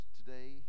today